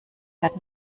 fährt